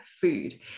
food